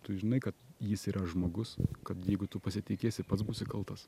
tu žinai kad jis yra žmogus kad jeigu tu pasitikėsi pats būsi kaltas